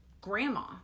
grandma